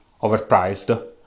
overpriced